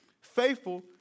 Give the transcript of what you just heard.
faithful